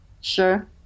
Sure